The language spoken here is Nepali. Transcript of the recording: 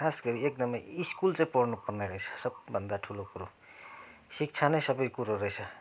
खास गरी एकदमै स्कुल चाहिँ पढ्नुपर्ने रहेछ सबभन्दा ठुलो कुरो शिक्षा नै सबै कुरो रहेछ